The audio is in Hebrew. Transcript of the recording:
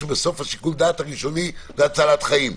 ברור שבסוף שיקול הדעת הראשוני זה הצלת חיים,